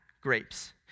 grapes